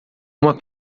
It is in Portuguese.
uma